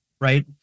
right